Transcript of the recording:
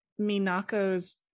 Minako's